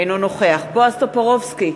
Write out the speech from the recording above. אינו נוכח בועז טופורובסקי,